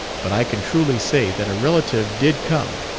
but i can truly say that a relative did come,